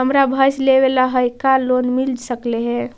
हमरा भैस लेबे ल है का लोन मिल सकले हे?